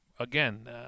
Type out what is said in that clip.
Again